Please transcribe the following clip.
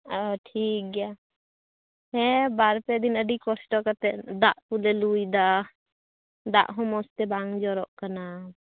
ᱚ ᱴᱷᱤᱠ ᱜᱮᱭᱟ ᱦᱮᱸ ᱵᱟᱨ ᱯᱮ ᱫᱤᱱ ᱟ ᱰᱤ ᱠᱚᱥᱴᱚ ᱠᱟᱛᱮᱫ ᱫᱟᱜ ᱠᱚᱞᱮ ᱞᱳᱭᱮᱫᱟ ᱫᱟᱜᱼᱦᱚᱸ ᱢᱚᱸᱡᱽᱛᱮ ᱵᱟᱝ ᱡᱚᱨᱚᱜ ᱠᱟᱱᱟ